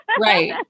right